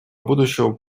будущего